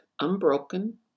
unbroken